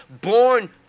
born